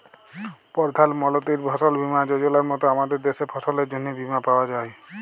পরধাল মলতির ফসল বীমা যজলার মত আমাদের দ্যাশে ফসলের জ্যনহে বীমা পাউয়া যায়